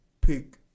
pick